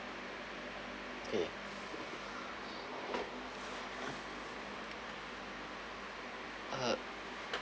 okay uh